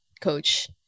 coach